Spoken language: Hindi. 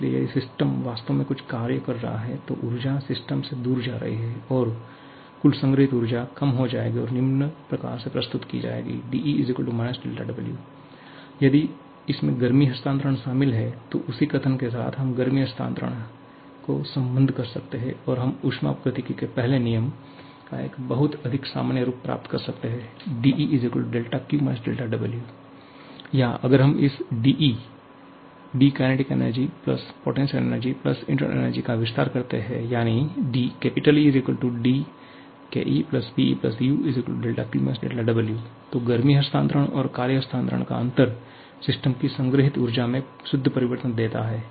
इसलिए यदि सिस्टम वास्तव में कुछ कार्य कर रहा है तो ऊर्जा सिस्टम से दूर जा रही है और कुल संग्रहीत ऊर्जा कम हो जाएगी और निम्न प्रकार से प्रस्तुत की जाएगी dE - δW यदि इसमें गर्मी हस्तांतरण शामिल है तो उसी कथन के साथ हम गर्मी हस्तांतरण को संबद्ध कर सकते हैं और हम ऊष्मा गतिकी के पहले नियम का एक बहुत अधिक सामान्य रूप प्राप्त कर सकते हैं dE δQ - δW या अगर हम इस dE d kinetic energy potential energy internal energy का विस्तार करते हैं यानी dE dKE PE U δQ - δW तो गर्मी हस्तांतरण और कार्य हस्तांतरण का अंतर सिस्टम की संग्रहीत ऊर्जा में शुद्ध परिवर्तन देता है